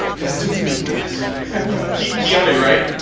gonna do for you guys keanu right.